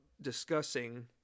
discussing